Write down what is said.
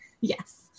Yes